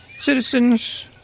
citizens